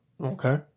Okay